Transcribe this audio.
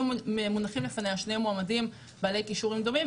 מונחים לפניה שני מועמדים בעלי כישורים דומים,